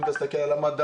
ואם אתה מסתכל על המדד,